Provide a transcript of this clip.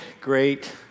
great